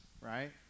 right